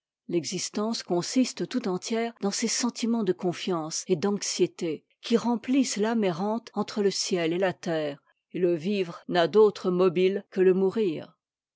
l'existence consiste tout entière dans ces sentiments de confiance et d'anxiété qui remplissent t'âme errante entre le ciel et la terre et le vivre m'a d'autre mobile que le momnr